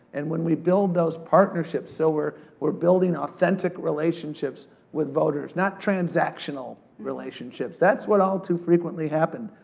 and when we build those partnerships. so we're we're building authentic relationships with voters, not transactional relationships. that's what all too frequently happened.